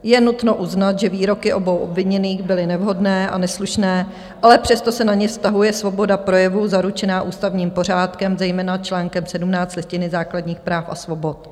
Je nutno uznat, že výroky obou obviněných byly nevhodné a neslušné, ale přesto se na ně vztahuje svoboda projevu zaručená ústavním pořádkem, zejména čl. 17 Listiny základních práv a svobod.